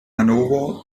hannover